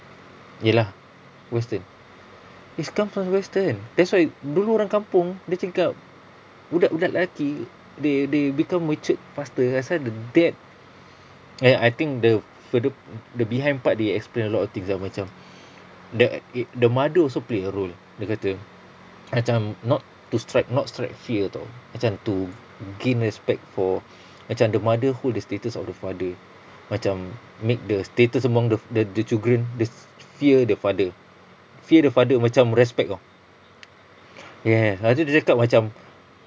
ya lah western it's come from western that's why dulu orang kampung dia cakap budak-budak lelaki they they they become matured faster pasal the dad I I think the further the behind part they explain a lot of things ah macam tha~ it the mother also play a role dia kata macam not to strike not strike fear [tau] macam to gain respect for macam the mother hold the status of the father macam make the status among the the children they fear the father fear the father macam respect [tau] yes pasal dia cakap macam